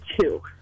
two